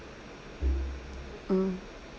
uh